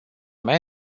mea